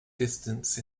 distance